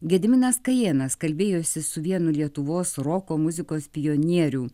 gediminas kajėnas kalbėjosi su vienu lietuvos roko muzikos pionierių